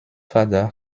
father